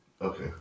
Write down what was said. Okay